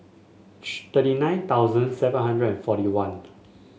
thirty nine thousand seven hundred and forty one